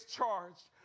charged